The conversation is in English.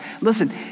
listen